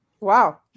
Wow